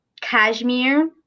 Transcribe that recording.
cashmere